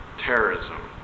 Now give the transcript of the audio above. terrorism